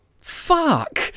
Fuck